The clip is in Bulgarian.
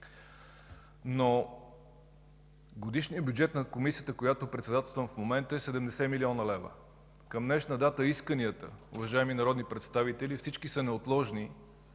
Годишният бюджет на Комисията, която председателствам в момента, е 70 млн. лв. Към днешна дата исканията, уважаеми народни представители, всички са неотложни